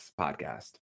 podcast